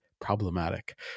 problematic